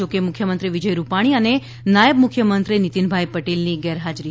જોકે મુખ્યમંત્રી વિજય રૂપાણી અને નાયબ મુખ્યમંત્રી નિતીનભાઇ પટેલની ગેરહાજરી હતી